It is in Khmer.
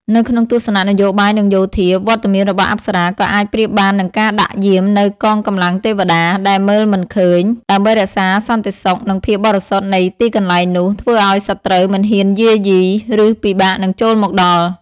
នៅក្នុងទស្សនៈនយោបាយ និងយោធា វត្តមានរបស់អប្សរាក៏អាចប្រៀបបាននឹងការដាក់យាមនូវ កងកម្លាំងទេវតា ដែលមើលមិនឃើញ ដើម្បីរក្សាសន្តិសុខ និងភាពបរិសុទ្ធនៃទីកន្លែងនោះ ធ្វើឲ្យសត្រូវមិនហ៊ានយាយី ឬពិបាកនឹងចូលមកដល់។